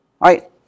Right